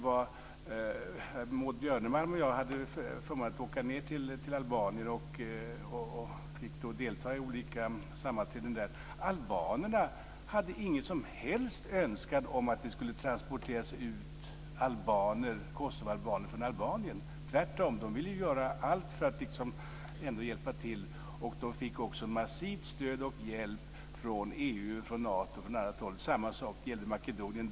Maud Björnemalm och jag hade förmånen att åka ned till Albanien och fick då delta i olika sammanträden där. Albanerna hade ingen som helst önskan om att kosovoalbaner skulle transporteras ut från Albanien. Tvärtom - de ville göra allt för att hjälpa till. De fick också massivt stöd och mycket hjälp från EU, Nato och annat håll. Samma sak gäller Makedonien.